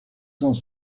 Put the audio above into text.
cent